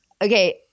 Okay